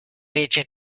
region